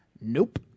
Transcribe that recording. Nope